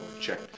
check